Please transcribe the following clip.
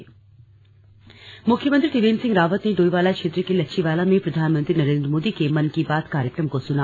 मुख्यमंत्री जनता दरबार मुख्यमंत्री त्रिवेन्द्र सिंह रावत ने डोईवाला क्षेत्र के लच्छीवाला में प्रधानमंत्री नरेन्द्र मोदी के मन की बात कार्यक्रम को सुना